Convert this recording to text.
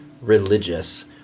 religious